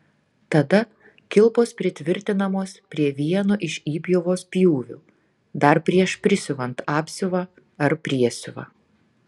tada kilpos pritvirtinamos prie vieno iš įpjovos pjūvių dar prieš prisiuvant apsiuvą ar priesiuvą